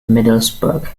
middlesbrough